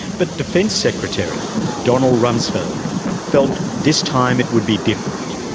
but defense secretary donald rumsfeld felt this time it would be different.